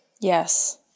Yes